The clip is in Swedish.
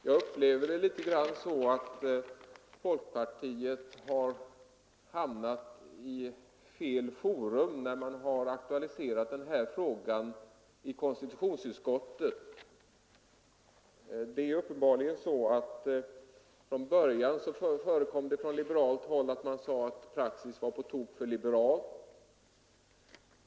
Herr talman! Jag upplever det litet så att folkpartiet har hamnat i fel forum när man aktualiserat den här frågan i konstitutionsutskottet. Till att börja med, ansåg man uppenbarligen från liberalt håll, var praxis på tok för liberal.